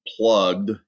plugged